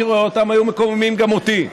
רואה אותם הם היו מקוממים גם אותי.